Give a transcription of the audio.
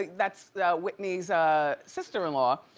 that's whitney's sister-in-law,